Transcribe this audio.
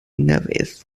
newydd